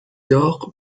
داغ